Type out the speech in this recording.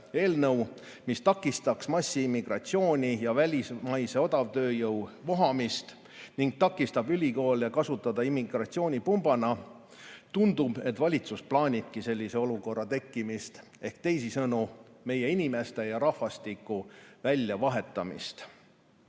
mis takistaks massiimmigratsiooni ja välismaise odavtööjõu vohamist ega lubaks ülikoole kasutada immigratsioonipumbana. Tundub, et valitsus plaanib sellise olukorra tekkimist ehk teisisõnu meie inimeste ja rahvastiku väljavahetamist.